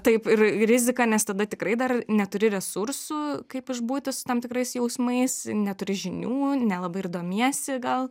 taip ir rizika nes tada tikrai dar neturi resursų kaip išbūti su tam tikrais jausmais neturi žinių nelabai ir domiesi gal